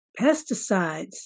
pesticides